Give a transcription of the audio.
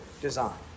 design